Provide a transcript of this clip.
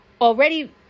already